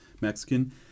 Mexican